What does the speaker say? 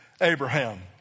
Abraham